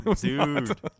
Dude